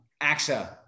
AXA